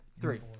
three